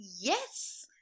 Yes